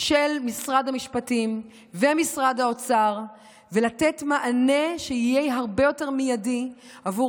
של משרד המשפטים ומשרד האוצר ולתת מענה שיהיה הרבה יותר מיידי עבור